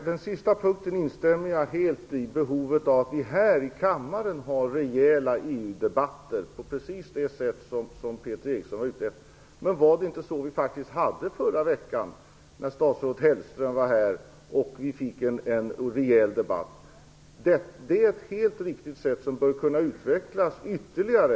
Herr talman! Jag instämmer helt med Peter Eriksson på den sista punkten, behovet av att här i kammaren ha rejäla EU-debatter. Men var det inte det vi hade förra veckan, när statsrådet Hellström var här? Detta är ett riktigt arbetssätt, som bör kunna utvecklas ytterligare.